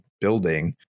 building